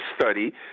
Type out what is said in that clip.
study